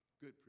Good